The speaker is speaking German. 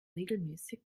regelmäßig